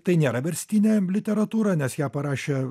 tai nėra verstinė literatūra nes ją parašė